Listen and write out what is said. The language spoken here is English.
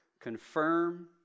confirm